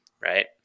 right